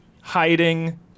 hiding